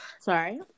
Sorry